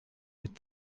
mit